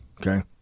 okay